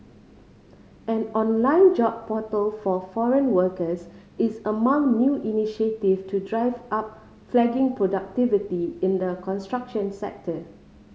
an online job portal for foreign workers is among new initiative to drive up flagging productivity in the construction sector